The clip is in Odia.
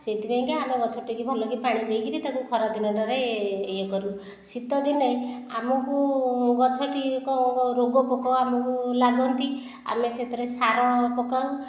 ସେଥିପାଇଁକି ଆମେ ଗଛଟିକୁ ଟିକେ ଭଲକି ପାଣି ଦେଇକି ତାକୁ ଖରାଦିନଟାରେ ଇଏ କରୁ ଶୀତଦିନେ ଆମକୁ ଗଛଟି ରୋଗ ପୋକ ଆମକୁ ଲାଗନ୍ତି ଆମେ ସେଥିରେ ସାର ପକାଉ